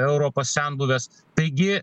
europos senbuves taigi